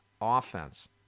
Offense